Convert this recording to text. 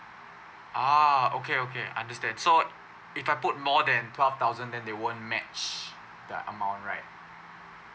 ah okay okay understand so if I put more than twelve thousand then they won't match the amount right